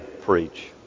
preach